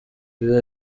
biba